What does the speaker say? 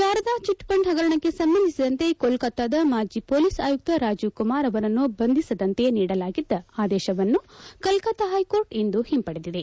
Sharada chit fund ಹಗರಣಕ್ಕೆ ಸಂಬಂಧಿಸಿದಂತೆ ಕೊಲ್ಲತ್ತಾದ ಮಾಜಿ ಪೊಲೀಸ್ ಆಯುಕ್ತ ರಾಜೀವ್ ಕುಮಾರ್ ಅವರನ್ನು ಬಂಧಿಸದಂತೆ ನೀಡಲಾಗಿದ್ದ ಆದೇಶವನ್ನು ಕಲ್ಕತ್ತಾ ಹೈಕೋರ್ಟ್ ಇಂದು ಹಿಂಪಡೆದಿದೆ